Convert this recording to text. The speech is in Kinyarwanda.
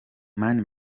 mani